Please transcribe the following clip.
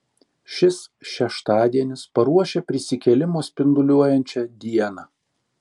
šis šeštadienis paruošia prisikėlimo spinduliuojančią dieną